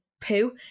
poo